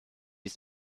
ist